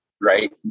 Right